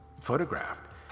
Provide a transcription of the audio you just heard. photographed